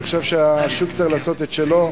אני חושב שהשוק צריך לעשות את שלו.